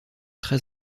très